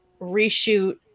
reshoot